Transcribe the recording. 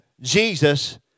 Jesus